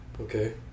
Okay